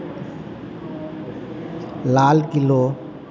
Lal Qila